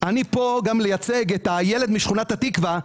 אני פה לייצג את הילד משכונת התקווה,